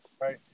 Right